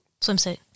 Swimsuit